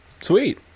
sweet